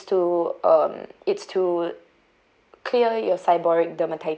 to um it's to clear your seborrheic dermatitis